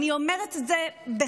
ואני אומרת את זה בכאב.